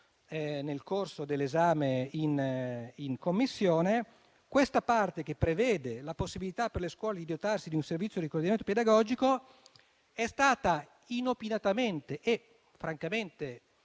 nel corso dell'esame in Commissione, questa parte che prevede la possibilità per le scuole di dotarsi di un servizio di coordinamento pedagogico è stata inopinatamente e francamente